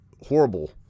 horrible